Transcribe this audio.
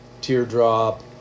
teardrop